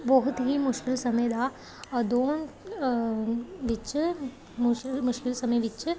ਬਹੁਤ ਹੀ ਮੁਸ਼ਕਲ ਸਮੇਂ ਦਾ ਦੋ ਵਿੱਚ ਮੁਸ਼ਲ ਮੁਸ਼ਕਲ ਸਮੇਂ ਵਿੱਚ